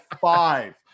five